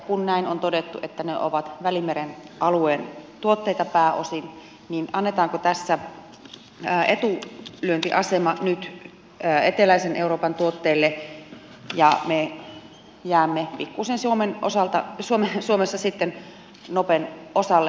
kun on todettu että ne ovat välimeren alueen tuotteita pääosin niin annetaanko tässä nyt etulyöntiasema eteläisen euroopan tuotteille ja me jäämme suomessa sitten nopen osalle